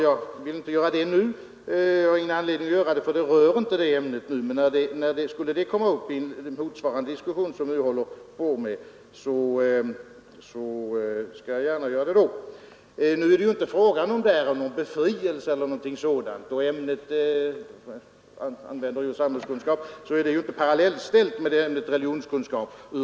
Jag vill inte göra det nu — jag har ingen anledning att göra det, för diskussionen nu gäller inte det ämnet. Skulle det komma upp i en motsvarande diskussion skall jag gärna diskutera det då. Där är det emellertid inte fråga om någon befrielse, och ämnet samhällskunskap är från många synpunkter inte parallellställt med ämnet religionskunskap.